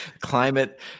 Climate